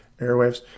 airwaves